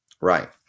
Right